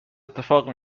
اتفاق